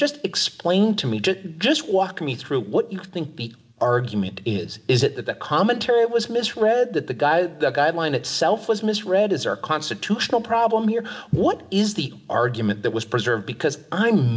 just explain to me just walk me through what you think the argument is is it that the commentary was misread that the guy guideline itself was misread as our constitutional problem here what is the argument that was preserved because i'm